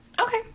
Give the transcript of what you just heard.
Okay